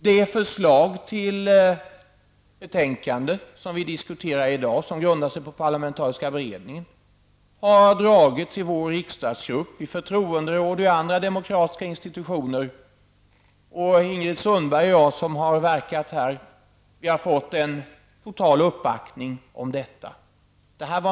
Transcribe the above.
Det betänkande som vi diskuterar i dag och som grundar sig på den parlamenteriska beredningen har föredragits i vår riksdagsgrupp, förtroenderåd samt i andra demokratiska institutioner. Ingrid Sundberg och jag som har medverkat här har fått en total uppbackning.